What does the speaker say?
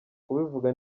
kubivuga